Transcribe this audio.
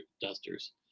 dusters